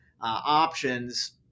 options